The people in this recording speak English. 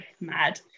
mad